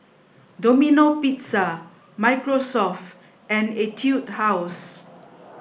Domino Pizza Microsoft and Etude House